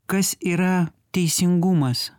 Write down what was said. kas yra teisingumas